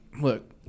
Look